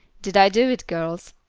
did i do it, girls?